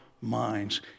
minds